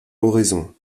oraison